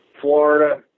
Florida